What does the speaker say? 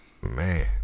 Man